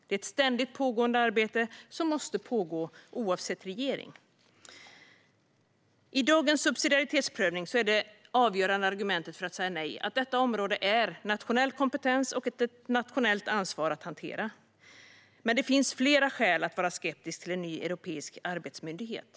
Det är ett ständigt pågående arbete, som måste pågå oavsett regering. I dagens subsidiaritetsprövning är det avgörande argumentet för att säga nej att detta område är nationell kompetens och ett nationellt ansvar att hantera. Men det finns flera skäl för att vara skeptisk till en ny europeisk arbetsmyndighet.